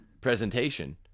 presentation